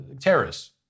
terrorists